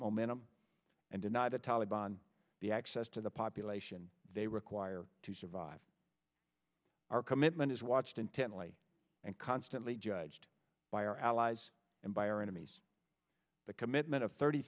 momentum and deny the taliban the access to the population they require to survive our commitment is watched intently and constantly judged by our allies and by our enemies the commitment of thirty